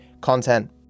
content